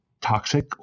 toxic